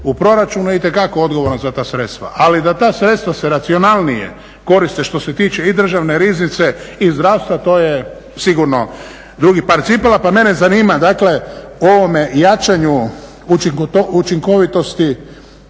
u proračunu je itekako odgovoran za ta sredstva, ali da ta sredstva se racionalnije koriste što se tiče i Državne riznice i zdravstva, to je sigurno drugi par cipela. Pa mene zanima dakle o ovome jačanju učinkovitosti,